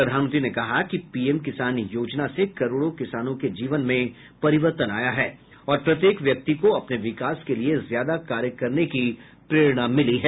प्रधानमंत्री ने कहा कि पीएम किसान योजना से करोडों किसानों के जीवन में परिवर्तन आया है और प्रत्येक व्यक्ति को अपने विकास के लिए ज्यादा कार्य करने की प्ररेणा मिली है